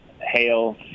hail